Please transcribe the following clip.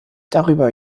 darüber